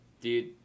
dude